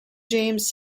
james